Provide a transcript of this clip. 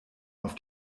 auf